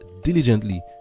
Diligently